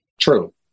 True